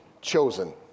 Chosen